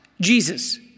Jesus